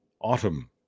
Autumn